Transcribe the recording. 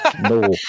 No